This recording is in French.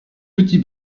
petit